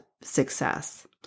success